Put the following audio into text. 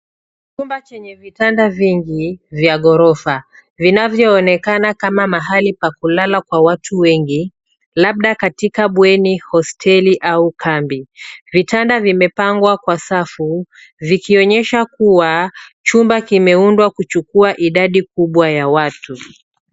Chumba chenye vitanda vingi vya ghorofa vinavyoonekana kama mahali pa kulala kwa watu wengi, labda katika bweni , hosteli au kambi. Vitanda vimepangwa kwa safu, vikionyesha kuwa chumba kimeundwa kuchukua idadi kubwa ya watu.